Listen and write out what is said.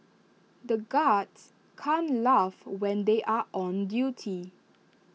the guards can't laugh when they are on duty